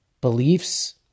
Beliefs